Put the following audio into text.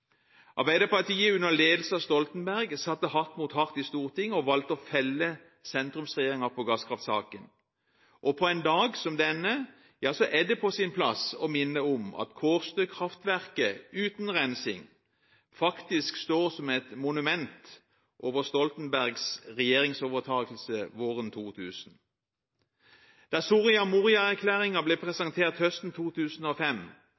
Arbeiderpartiet, under ledelse av Jens Stoltenberg, satte hardt mot hardt i Stortinget og valgte å felle sentrumsregjeringen på gasskraftsaken, og på en dag som denne er det på sin plass å minne om at Kårstø-kraftverket uten rensing faktisk står som et monument over Stoltenbergs regjeringsovertakelse våren 2000. Da Soria Moria-erklæringen ble